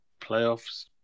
playoffs